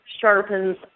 sharpens